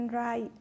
right